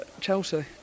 Chelsea